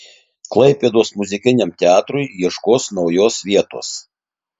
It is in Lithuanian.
klaipėdos muzikiniam teatrui ieškos naujos vietos